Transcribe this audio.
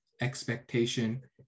expectation